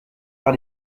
par